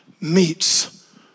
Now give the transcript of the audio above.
meets